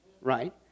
right